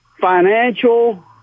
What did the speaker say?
financial